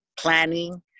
planning